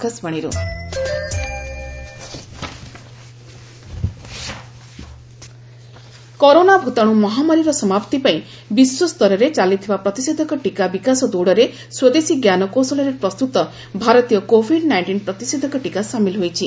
Covid nineteen vaccine corona ଭୂତାଣୁ ମହାମାରୀର ପରିସମାପ୍ତି ପାଇଁ ବିଶ୍ୱସ୍ତରରେ ଚାଲିଥିବା ପ୍ରତିଷେଧକ ଟୀକା ବିକାଶ ଦୌଡରେ ସ୍ପଦେଶୀ ଜ୍ଞାନକୌଶଳରେ ପ୍ରସ୍ତୁତ ଭାରତୀୟ କୋଭିଡ୍ ନାଇଷ୍ଟିନ୍ ପ୍ରତିଷେଧକ ଟୀକା ସାମିଲ ହୋଇଛି